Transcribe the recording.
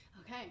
Okay